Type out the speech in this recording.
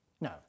No